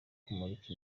kumurika